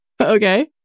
Okay